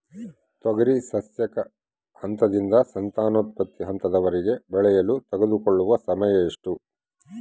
ತೊಗರಿ ಸಸ್ಯಕ ಹಂತದಿಂದ ಸಂತಾನೋತ್ಪತ್ತಿ ಹಂತದವರೆಗೆ ಬೆಳೆಯಲು ತೆಗೆದುಕೊಳ್ಳುವ ಸಮಯ ಎಷ್ಟು?